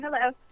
Hello